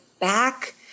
back